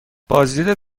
بازدید